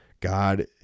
God